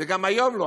וגם היום לא.